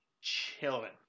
chilling